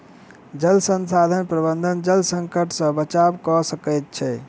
जल संसाधन प्रबंधन जल संकट से बचाव कअ सकै छै